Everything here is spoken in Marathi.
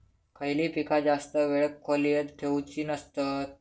खयली पीका जास्त वेळ खोल्येत ठेवूचे नसतत?